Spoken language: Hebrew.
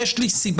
יש לי סיבה,